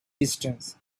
distance